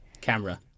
camera